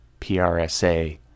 PRSA